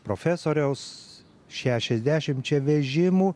profesoriaus šešiasdešimčia vežimų